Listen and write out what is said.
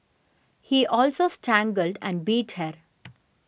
he also strangled and beat her